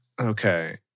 Okay